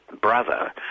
brother